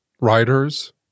writers